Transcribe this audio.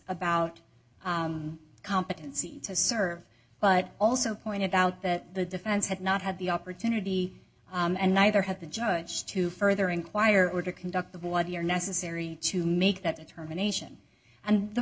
about competency to serve but also pointed out that the defense had not had the opportunity and neither had the judge to further inquired to conduct the bloody are necessary to make that determination and the